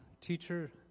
Teacher